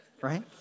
Right